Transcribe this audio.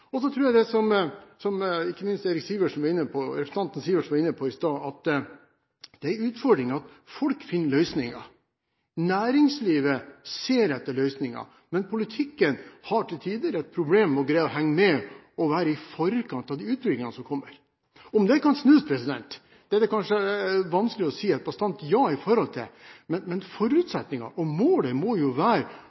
Så tror jeg, som representanten Sivertsen var inne på i stad, at det er en utfordring at folk finner løsninger, næringslivet ser etter løsninger, men politikken har til tider et problem med å greie å henge med og være i forkant av den utviklingen som kommer. Om det kan snus, er det kanskje vanskelig å si et bastant ja til, men forutsetningen og målet må jo være